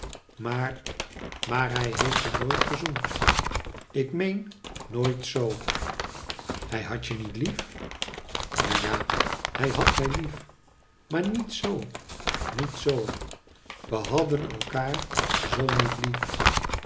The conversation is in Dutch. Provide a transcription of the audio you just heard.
maar maar hij heeft me nooit gezoend ik meen nooit zoo hij had je niet lief ja ja hij had mij lief maar niet zoo niet zoo we hadden elkaar zoo niet lief